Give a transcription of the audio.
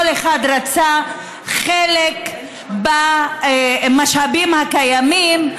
כל אחד רצה חלק במשאבים הקיימים.